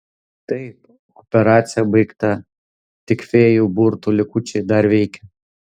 taip operacija baigta tik fėjų burtų likučiai dar veikia